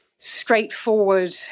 straightforward